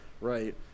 Right